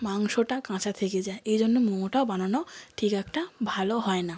মাংসটা কাঁচা থেকে যায় এই জন্য মোমোটাও বানানো ঠিক একটা ভালো হয় না